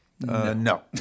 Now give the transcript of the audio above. No